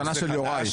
הטענה של יוראי.